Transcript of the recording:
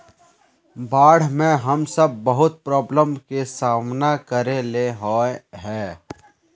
बाढ में हम सब बहुत प्रॉब्लम के सामना करे ले होय है?